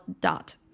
dot